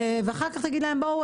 ואחר כך תגיד להם בואו,